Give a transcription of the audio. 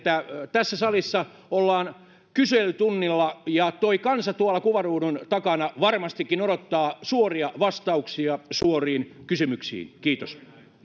tässä salissa ollaan kyselytunnilla ja tuo kansa tuolla kuvaruudun takana varmastikin odottaa suoria vastauksia suoriin kysymyksiin kiitos